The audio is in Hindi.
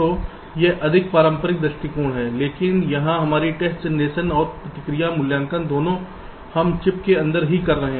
तो यह अधिक पारंपरिक दृष्टिकोण है लेकिन यहां हमारी टेस्ट जनरेशन और प्रतिक्रिया मूल्यांकन दोनों हम चिप के अंदर ही कर रहे हैं